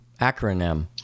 acronym